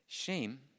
Shame